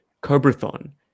Cobra-thon